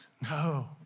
No